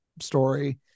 story